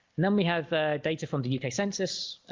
and then we have data from the uk census